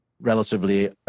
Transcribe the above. relatively